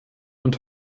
und